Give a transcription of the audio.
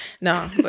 No